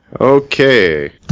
Okay